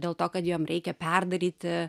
dėl to kad joms reikia perdaryti